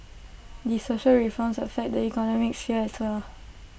the social reforms affect the economic sphere as well